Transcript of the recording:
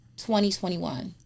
2021